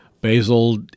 Basil